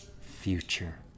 future